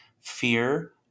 Fear